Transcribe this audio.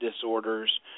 disorders